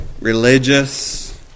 religious